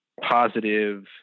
positive